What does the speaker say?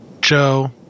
Joe